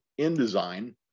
InDesign